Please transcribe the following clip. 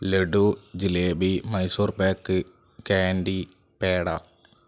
laddu jalebi Mysore pak candy peda